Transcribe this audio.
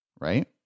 right